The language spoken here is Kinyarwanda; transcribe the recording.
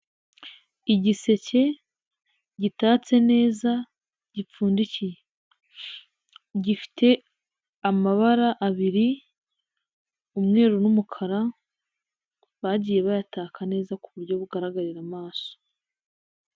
Igiseke gitatse neza gipfundikiye, gifite amabara abiri: umweru n'umukara, bagiye bayataka neza ku buryo bugaragarira amaso.